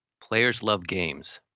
players love games.